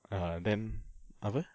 ah then apa